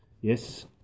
Yes